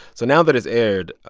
so now that it's aired,